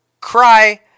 Cry